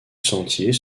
sentier